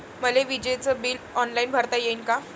मले विजेच bill online भरता येईन का?